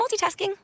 multitasking